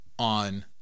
On